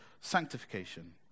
sanctification